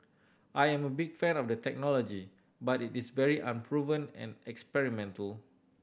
I am a big fan of the technology but it is very unproven and experimental